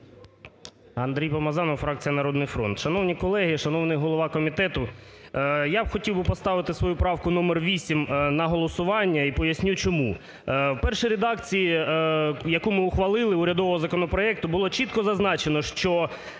Андрій Помазанов, фракція "Народний фронт".